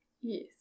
Yes